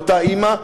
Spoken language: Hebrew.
מאותה אימא,